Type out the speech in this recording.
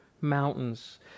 mountains